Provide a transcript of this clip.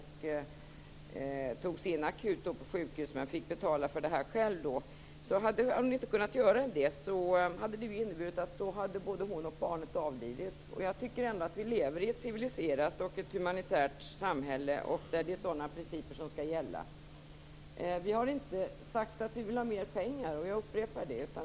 Hon togs in akut på sjukhus, även om hon fick betala för det själv. Men om hon inte hade kunnat tas in hade det inneburit att både hon och barnet avlidit. Jag tycker ändå att vi lever i ett civiliserat och humanitärt samhälle där sådana principer skall gälla. Vi har inte sagt att vi vill ha mer pengar. Jag upprepar det.